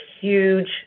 huge